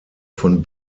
von